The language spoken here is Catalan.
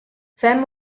fem